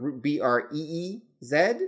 B-R-E-E-Z